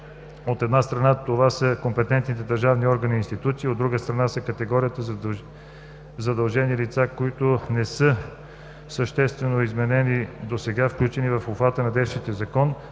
От една страна, това са компетентните държавни органи и институции. От друга страна, са категориите задължени лица, които не са съществено изменени от досега включените в обхвата на действащия